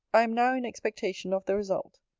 i am now in expectation of the result.